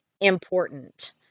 important